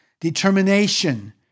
determination